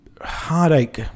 heartache